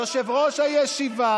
יושב-ראש הישיבה